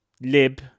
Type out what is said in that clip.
Lib